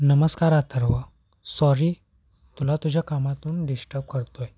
नमस्कार अथर्व सॉरी तुला तुझ्या कामातून डिस्टर्ब करतोय